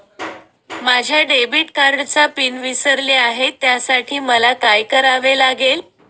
माझ्या डेबिट कार्डचा पिन विसरले आहे त्यासाठी मला काय करावे लागेल?